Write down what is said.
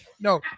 no